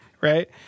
Right